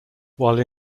while